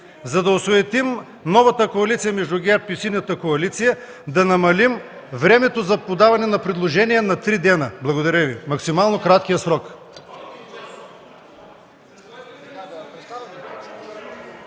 за да осуетим новата коалиция между ГЕРБ и Синята коалиция, е да намалим времето за подаване на предложения на три дни – максимално краткия срок.